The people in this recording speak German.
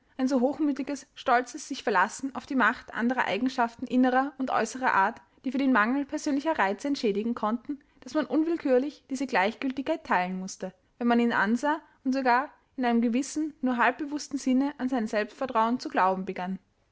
ein so hochmütiges stolzes sichverlassen auf die macht anderer eigenschaften innerer und äußerer art die für den mangel persönlicher reize entschädigen konnten daß man unwillkürlich diese gleichgiltigkeit teilen mußte wenn man ihn ansah und sogar in einem gewissen nur halbbewußten sinne an sein selbstvertrauen zu glauben begann